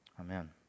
Amen